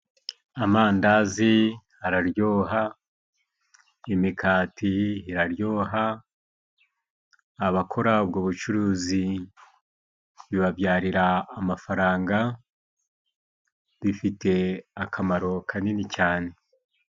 Amandazi araryoha, imikati iraryoha, abakora ubwo bucuruzi bibabyarira amafaranga, bifite akamaro kanini cyane.